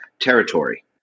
territory